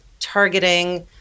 targeting